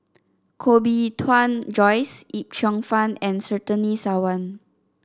Koh Bee Tuan Joyce Yip Cheong Fun and Surtini Sarwan